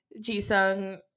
Jisung